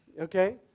Okay